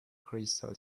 crystal